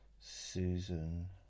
Susan